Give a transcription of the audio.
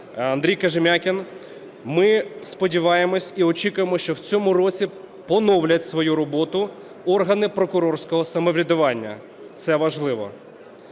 Андрій Кожем'якін, ми сподіваємось і очікуємо, що в цьому році поновлять свою роботу органи прокурорського самоврядування – це важливо.